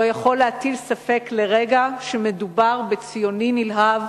לא יכול להטיל ספק לרגע שמדובר בציוני נלהב,